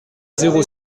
zéro